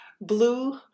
blue